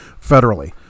federally